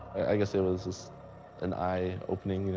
i guess it was just an eye opening,